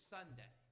Sunday